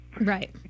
Right